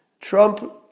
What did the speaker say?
Trump